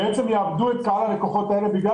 בעצם יאבדו את קהל הלקוחות הזה בגלל